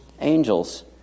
Angels